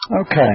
Okay